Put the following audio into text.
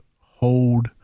hold